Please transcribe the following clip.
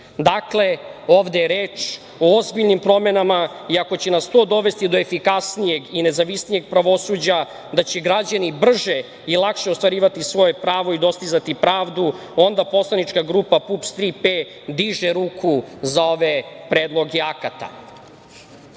ovde je reč o ozbiljnim promenama i ako će nas to dovesti do efikasnijeg i nezavisnijeg pravosuđa, da će građani brže i lakše ostvarivati svoje pravo i dostizati pravdu, onda Poslanika grupa PUPS „Tri P“ diže ruku za ove predloge akata. Dobro